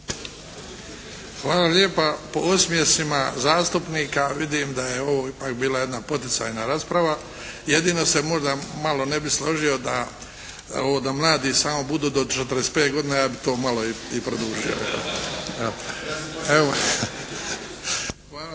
Hvala lijepa. Po osmijesima zastupnika vidim da je ovo bila jedna poticajna rasprava. Jedino se možda malo ne bih složio da mladi samo budu do 45 godina, ja bih to malo i produžio. Hvala